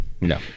no